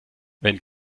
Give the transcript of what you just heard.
wenn